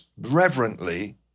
reverently